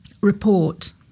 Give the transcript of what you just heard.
report